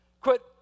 Quit